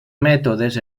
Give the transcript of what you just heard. mètodes